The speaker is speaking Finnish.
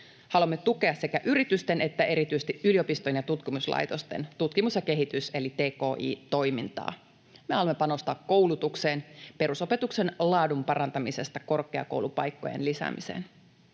Haluamme tukea sekä yritysten että erityisesti yliopistojen ja tutkimuslaitosten tutkimus- ja kehitys- eli tki-toimintaa. Me haluamme panostaa koulutukseen, perusopetuksen laadun parantamisesta korkeakoulupaikkojen lisäämiseen.